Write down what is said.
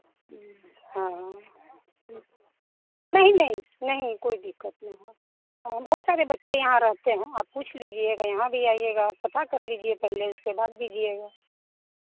हाँ नहीं नहीं नहीं कोई दिक्कत नहीं होगा हाँ बहुत सारे बच्चे यहाँ रहते हैं आप पूछ लीजिएगा यहाँ भी आइएगा आप पता कर लीजिए पहेले इसके बाद दीजिएगा